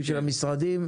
שהיה בחודש ינואר,